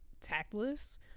tactless